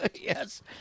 Yes